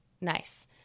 Nice